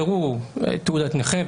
והראו תעודת נכה.